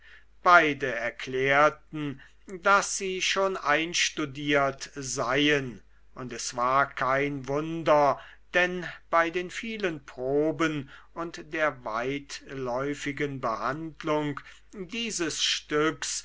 beide erklärten daß sie schon einstudiert seien und es war kein wunder denn bei den vielen proben und der weitläufigen behandlung dieses stücks